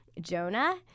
Jonah